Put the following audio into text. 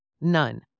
None